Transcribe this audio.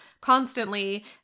constantly